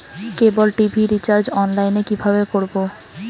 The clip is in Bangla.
কেবল টি.ভি রিচার্জ অনলাইন এ কিভাবে করব?